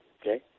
Okay